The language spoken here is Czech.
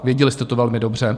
Věděli jste to velmi dobře.